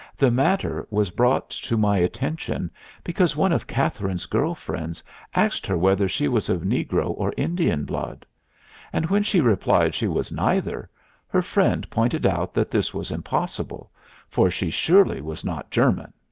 the matter was brought to my attention because one of katherine's girl friends asked her whether she was of negro or indian blood and when she replied she was neither her friend pointed out that this was impossible for she surely was not german.